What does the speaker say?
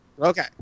Okay